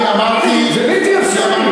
זה בלתי אפשרי.